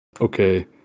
okay